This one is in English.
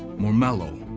more mellow,